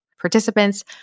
participants